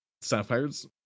Sapphire's